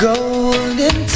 Golden